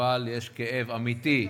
אבל יש כאב אמיתי,